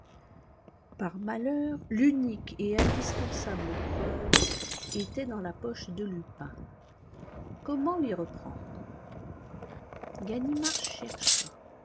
par malheur l'unique et indispensable preuve était dans la poche de lupin comment l'y reprendre ganimard chercha